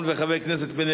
חינוך.